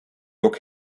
look